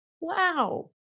Wow